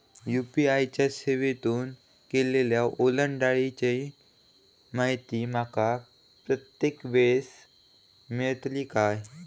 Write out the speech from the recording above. UPI च्या सेवेतून केलेल्या ओलांडाळीची माहिती माका प्रत्येक वेळेस मेलतळी काय?